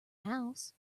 house